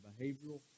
behavioral